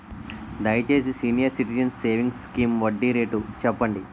దయచేసి senior citizens savings scheme వడ్డీ rate చెప్పండి